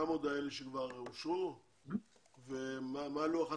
ה-900 האלה שכבר אושרו ומה לוח הטיסות.